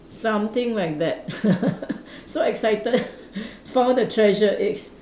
something like that so excited found the treasure eggs